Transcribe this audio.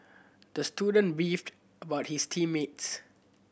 the student beefed about his team mates